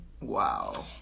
Wow